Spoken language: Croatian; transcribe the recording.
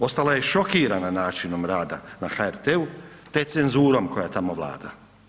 Ostala je šokirana načinom rada na HRT-u te cenzurom koja tamo vlada.